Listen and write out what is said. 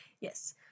Yes